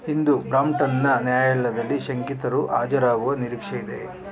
ಇಂದು ಬ್ರಾಂಪ್ಟನ್ನ ನ್ಯಾಯಾಲಯದಲ್ಲಿ ಶಂಕಿತರು ಹಾಜರಾಗುವ ನಿರೀಕ್ಷೆಯಿದೆ